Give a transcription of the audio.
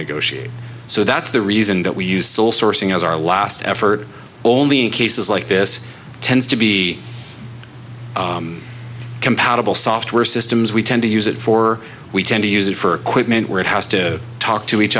negotiate so that's the reason that we use all sourcing as our last effort only in cases like this tends to be compatible software systems we tend to use it for we tend to use it for quick meant where it has to talk to each